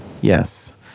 Yes